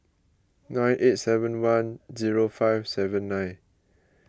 nine eight seven one zero five seven nine